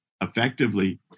effectively